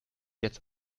jetzt